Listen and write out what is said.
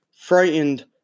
Frightened